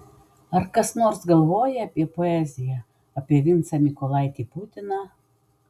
ar kas nors galvoja apie poeziją apie vincą mykolaitį putiną